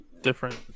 different